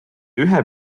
ühe